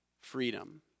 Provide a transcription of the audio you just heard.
freedom